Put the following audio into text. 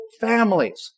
families